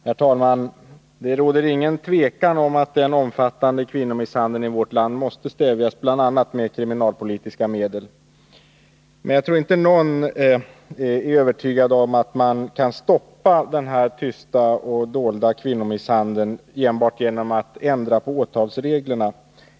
Herr talman! Det råder inget tvivel om att den omfattande kvinnomisshandeln i vårt land måste stävjas, bl.a. med kriminalpolitiska medel. Men jag tror inte att någon är övertygad om att man kan stoppa den här tysta och dolda kvinnomisshandeln enbart genom att man ändrar på åtalsreglerna.